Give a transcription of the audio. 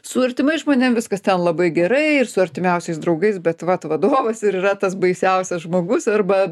su artimais žmonėm viskas ten labai gerai ir su artimiausiais draugais bet vat vadovas ir yra tas baisiausias žmogus arba